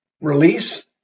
release